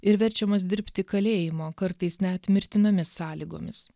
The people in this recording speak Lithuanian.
ir verčiamos dirbti kalėjimo kartais net mirtinomis sąlygomis